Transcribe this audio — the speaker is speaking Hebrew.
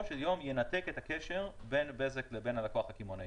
של יום ינתק את הקשר בין בזק לבין הלקוח הקמעונאי.